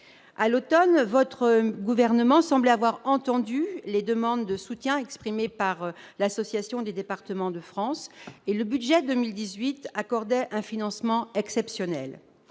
À l'automne, votre gouvernement semblait avoir entendu les demandes de soutien exprimées par l'Assemblée des départements de France, l'ADF. Le budget pour 2018 accordait un financement exceptionnel.